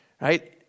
right